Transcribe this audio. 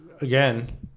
Again